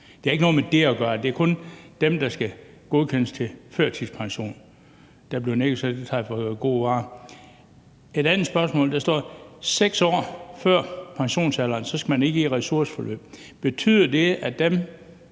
Det handler kun om dem, der skal godkendes til førtidspension? Der bliver nikket, så det tager jeg for gode varer. Et andet spørgsmål: Der står, at man 6 år før pensionsalderen ikke skal i ressourceforløb. Betyder det, at dem,